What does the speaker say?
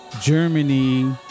Germany